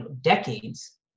decades